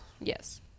Yes